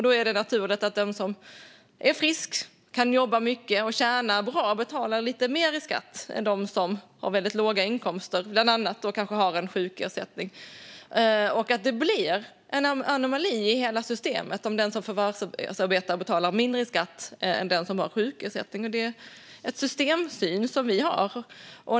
Då är det naturligt att den som är frisk, kan jobba mycket och tjänar bra betalar lite mer i skatt än de som har väldigt låga inkomster och kanske har en sjukersättning. Det blir en anomali i hela systemet om den som förvärvsarbetar betalar mindre i skatt än den som har sjukersättning. Det är en systemsyn som vi har.